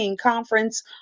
conference